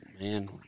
man